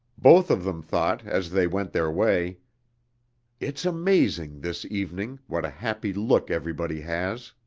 both of them thought, as they went their way it's amazing, this evening, what a happy look everybody has!